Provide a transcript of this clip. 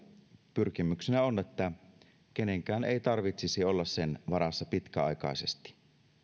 pyrkimyksenä on että kenenkään ei tarvitsisi olla sen varassa pitkäaikaisesti